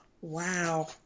Wow